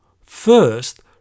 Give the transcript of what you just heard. First